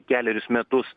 kelerius metus